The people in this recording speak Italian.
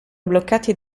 bloccati